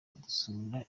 kudusura